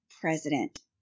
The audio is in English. president